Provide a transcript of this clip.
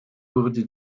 wurde